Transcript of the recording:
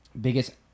biggest